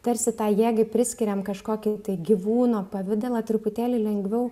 tarsi tai jėgai priskiriam kažkokį tai gyvūno pavidalą truputėlį lengviau